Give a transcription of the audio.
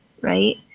right